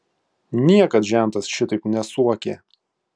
niekad žentas šitaip nesuokė